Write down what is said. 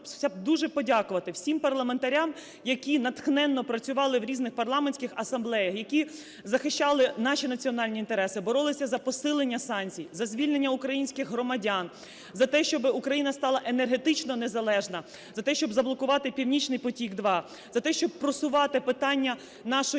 дуже подякувати всім парламентарям, які натхненно працювали в різних парламентських асамблеях, які захищали наші національні інтереси, боролися за посилення санкцій, за звільнення українських громадян, за те, щоб Україна стала енергетично незалежна, за те, щоб заблокувати "Північний потік - 2", за те, щоб просувати питання нашої